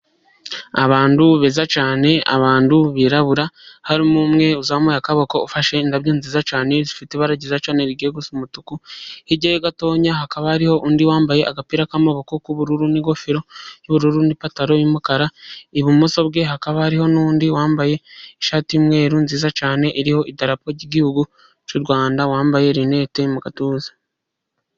Abantu beza cyane abantu birabura, harimo umwe uzamuye akaboko ufashe indabyo nziza cyane zifite ibara ryiza cyane rirya gusa umutuku, hirya gatoya hakaba hariho undi wambaye agapira k'amaboko k'ubururu, n'ingofero y'ubururu, n'ipantaro y'umukara, ibumoso bwe hakaba hariho n'undi wambaye ishati y'umweru nziza cyane iriho idarapo ry'igihugu cy'urwanda, wambaye rineti mu gatuza.